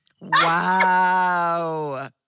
Wow